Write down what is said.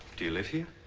do you live here?